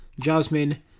Jasmine